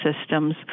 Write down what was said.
systems